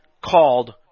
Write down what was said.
called